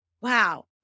Wow